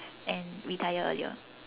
and retire earlier mm